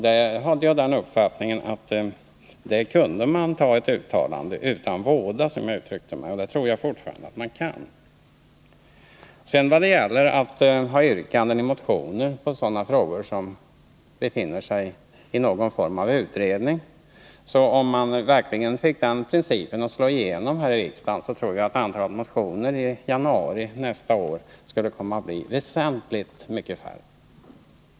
Jag hade den uppfattningen att man där kunde ta ett uttalande ”utan våda”, som jag uttryckte mig, och det tror jag fortfarande att man kan. Sedan gällde det yrkanden i motioner om sådana frågor som är föremål för någon form av utredningsarbete. Om man fick den antydda principen att slå igenom i riksdagen tror jag att antalet motioner i januari nästa år skulle komma att bli väsentligt mindre.